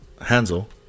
Hansel